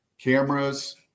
cameras